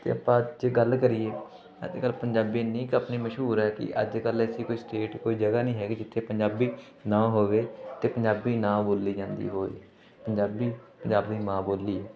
ਅਤੇ ਆਪਾਂ ਜੇ ਗੱਲ ਕਰੀਏ ਅੱਜ ਕਲ੍ਹ ਪੰਜਾਬੀ ਇੰਨੀ ਕੁ ਆਪਣੀ ਮਸ਼ਹੂਰ ਹੈ ਕਿ ਅੱਜ ਕਲ੍ਹ ਐਸੀ ਕੋਈ ਸਟੇਟ ਕੋਈ ਜਗ੍ਹਾ ਨਹੀਂ ਹੈਗੀ ਜਿੱਥੇ ਪੰਜਾਬੀ ਨਾ ਹੋਵੇ ਅਤੇ ਪੰਜਾਬੀ ਨਾ ਬੋਲੀ ਜਾਂਦੀ ਹੋਵੇ ਪੰਜਾਬੀ ਪੰਜਾਬੀ ਮਾਂ ਬੋਲੀ